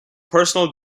personal